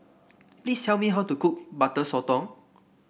please tell me how to cook Butter Sotong